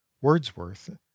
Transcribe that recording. Wordsworth